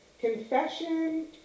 Confession